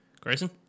Grayson